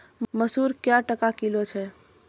मसूर क्या टका किलो छ?